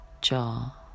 jaw